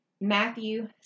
Matthew